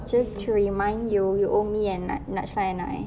just to remind you you owe me and naj najrah and I